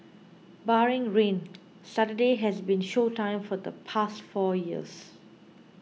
barring rain Saturday has been show time for the past four years